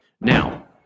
Now